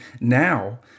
now